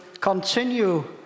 continue